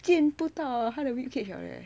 见不到他的 ribcage 了 leh